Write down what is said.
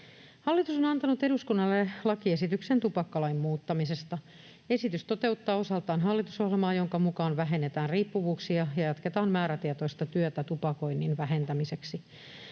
Hallitus on antanut eduskunnalle lakiesityksen tupakkalain muuttamisesta. Esitys toteuttaa osaltaan hallitusohjelmaa, jonka mukaan vähennetään riippuvuuksia ja jatketaan määrätietoista työtä tupakoinnin vähentämiseksi.